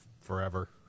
forever